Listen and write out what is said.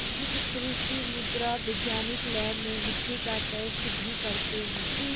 कृषि मृदा वैज्ञानिक लैब में मिट्टी का टैस्ट भी करते हैं